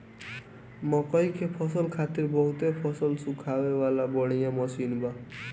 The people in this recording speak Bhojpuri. मकई के फसल खातिर बहुते फसल सुखावे वाला बढ़िया मशीन बा